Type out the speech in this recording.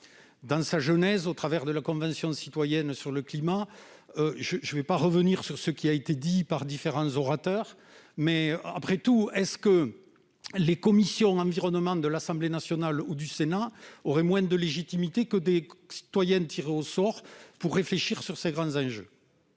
travers les travaux de la Convention citoyenne pour le climat, je ne vais pas revenir sur ce qui a été dit par différents orateurs, mais je m'interroge à mon tour : les commissions « environnement » de l'Assemblée nationale et du Sénat ont-elles moins de légitimité que des citoyens tirés au sort pour réfléchir sur ces grands enjeux ?